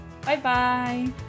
Bye-bye